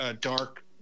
dark